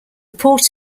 port